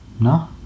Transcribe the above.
no